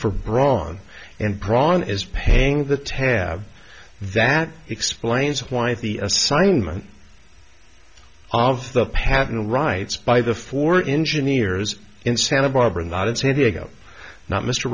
for braun and pran is paying the tab that explains why the assignment of the patent rights by the four engineers in santa barbara not in san diego not mr